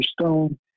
Stone